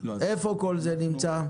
איפה כל זה נמצא?